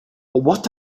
what